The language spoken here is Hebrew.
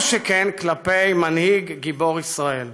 כל שכן כלפי מנהיג גיבור ישראל.